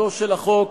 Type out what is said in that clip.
חקיקתו של החוק,